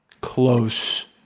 close